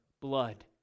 blood